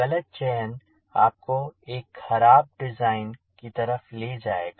गलत चयन आपको एक खराब डिज़ाइन की तरफ ले जाएगा